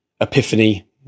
epiphany